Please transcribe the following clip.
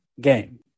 game